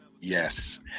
Yes